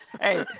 Hey